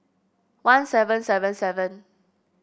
one seven seven seven